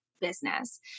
Business